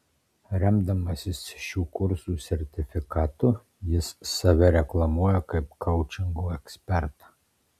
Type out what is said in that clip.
remdamasis šių kursų sertifikatu jis save reklamuoja kaip koučingo ekspertą